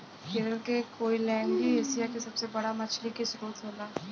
केरल के कोईलैण्डी एशिया के सबसे बड़ा मछली के स्त्रोत होला